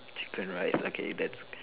chicken rice okay that's